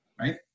Right